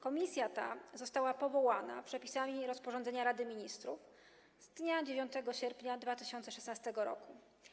Komisja ta została powołana przepisami rozporządzenia Rady Ministrów z dnia 9 sierpnia 2016 r.